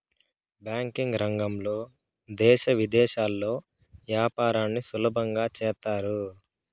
banking రంగంలో దేశ విదేశాల్లో యాపారాన్ని సులభంగా చేత్తారు